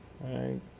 Right